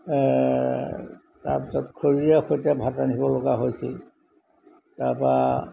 তাৰপিছত খৰিৰে সৈতে ভাত ৰান্ধিব লগা হৈছিল তাৰপা